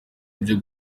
byo